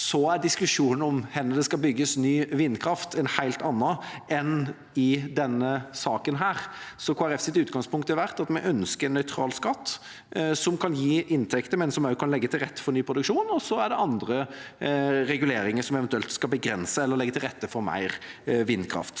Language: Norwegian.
Så er diskusjonen om hvor det skal bygges ny vindkraft, en helt annen diskusjon enn den i denne saken. Kristelig Folkepartis utgangspunkt har vært at vi ønsker en nøytral skatt som kan gi inntekter, men som også kan legge til rette for ny produksjon, og så er det andre reguleringer som eventuelt skal begrense eller legge til rette for mer vindkraft.